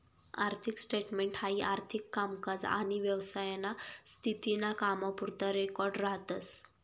आर्थिक स्टेटमेंट हाई आर्थिक कामकाज आनी व्यवसायाना स्थिती ना कामपुरता रेकॉर्ड राहतस